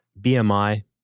BMI